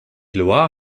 loire